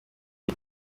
kwa